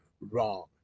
wrong